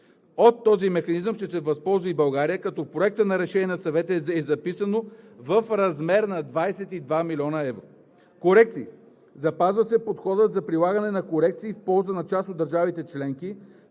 От този механизъм ще се възползва и България, като в Проекта на решение на Съвета е записано „в размер на 22 млн. евро“. - Корекции – запазва се подходът за прилагане на корекции в полза на част от държавите членки,